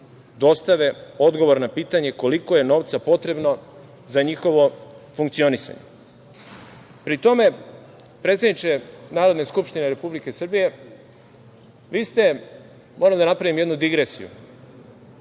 dostave odgovor na pitanje koliko je novca potrebno za njihovo funkcionisanje. Pri tome, predsedniče Narodne skupštine Republike Srbije, vi ste, moram da napravim jednu digresiju,